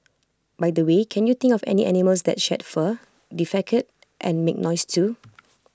by the way can you think of any animals that shed fur defecate and make noise too